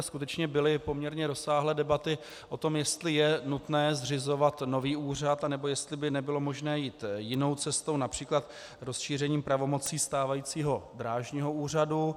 Skutečně byly poměrně rozsáhlé debaty o tom, jestli je nutné zřizovat nový úřad, nebo jestli by nebylo možné jít jinou cestou, například rozšířením pravomocí stávajícího Drážního úřadu.